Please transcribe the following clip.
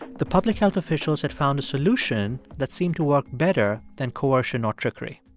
the public health officials had found a solution that seemed to work better than coercion or trickery.